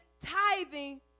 tithing